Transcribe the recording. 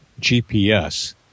GPS